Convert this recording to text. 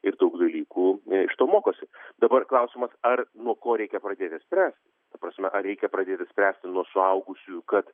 ir daug dalykų iš to mokosi dabar klausimas ar nuo ko reikia pradėti spręsti ta prasme ar reikia pradėti spręsti nuo suaugusių kad